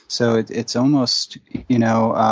so it's it's almost you know